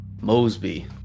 Mosby